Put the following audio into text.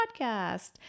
podcast